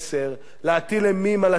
להטיל אימים על התקשורת,